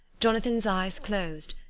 jonathan's eyes closed,